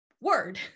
word